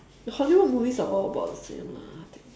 the hollywood movies are all about the same lah I think